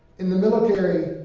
in the military,